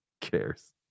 cares